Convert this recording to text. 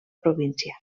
província